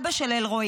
אבא של אלרועי: